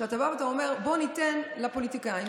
כשאתה אומר: בואו ניתן לפוליטיקאים,